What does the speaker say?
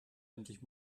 endlich